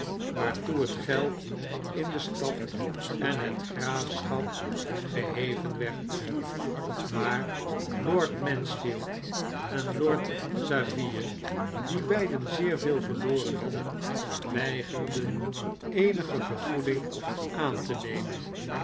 waartoe het geld in de stad en het graafschap gefaeven werd maar lord mansfield en lord saville die beiden zeer veel verloren hadden weigerden eenige vergoeding aan te nemen